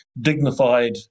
dignified